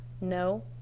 No